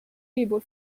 people